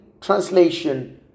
translation